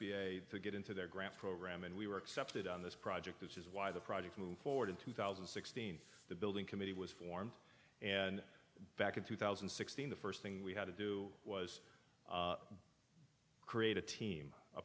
p to get into their grant program and we were accepted on this project which is why the project moved forward in two thousand and sixteen the building committee was formed and back in two thousand and sixteen the first thing we had to do was create a team a